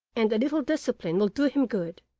and a little discipline will do him good